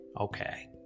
Okay